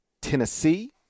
Tennessee